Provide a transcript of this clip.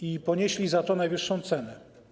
i ponieśli za to najwyższą cenę.